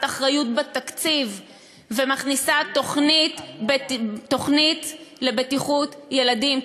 אחריות בתקציב ומכניסה תוכנית לבטיחות ילדים,